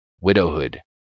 widowhood